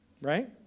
right